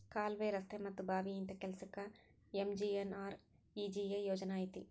ಕಾಲ್ವೆ, ರಸ್ತೆ ಮತ್ತ ಬಾವಿ ಇಂತ ಕೆಲ್ಸಕ್ಕ ಎಂ.ಜಿ.ಎನ್.ಆರ್.ಇ.ಜಿ.ಎ ಯೋಜನಾ ಐತಿ